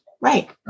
Right